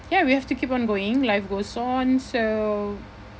ya we have to keep on going life goes on so